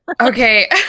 Okay